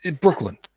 Brooklyn